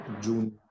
June